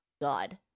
god